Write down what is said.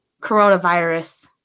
coronavirus